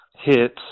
hits